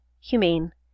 humane